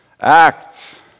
Act